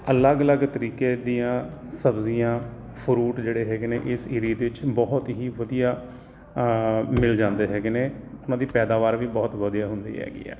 ਅਲੱਗ ਅਲੱਗ ਤਰੀਕੇ ਦੀਆਂ ਸਬਜ਼ੀਆਂ ਫਰੂਟ ਜਿਹੜੇ ਹੈਗੇ ਨੇ ਇਸ ਏਰੀਏ ਦੇ ਵਿੱਚ ਬਹੁਤ ਹੀ ਵਧੀਆ ਮਿਲ ਜਾਂਦੇ ਹੈਗੇ ਨੇ ਉਹਨਾਂ ਦੀ ਪੈਦਾਵਾਰ ਵੀ ਬਹੁਤ ਵਧੀਆ ਹੁੰਦੀ ਹੈਗੀ ਹੈ